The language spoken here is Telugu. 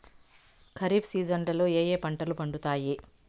ఖరీఫ్ సీజన్లలో ఏ ఏ పంటలు పండుతాయి